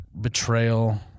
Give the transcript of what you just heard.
betrayal